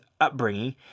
upbringing